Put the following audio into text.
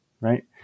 right